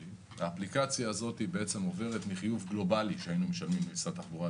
האפליקציה הזו עוברת מחיוב גלובלי שהיינו משלמים למשרד התחבורה,